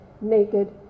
naked